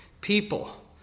people